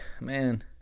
Man